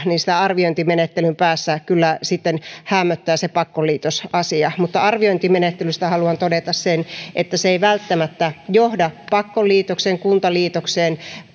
niin arviointimenettelyn päässä kyllä sitten häämöttää se pakkoliitos asia mutta arviointimenettelystä haluan todeta sen että se ei välttämättä johda pakkoliitokseen kuntaliitokseen